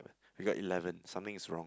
I got eleven something is wrong